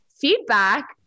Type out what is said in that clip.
Feedback